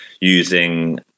using